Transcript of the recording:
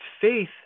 faith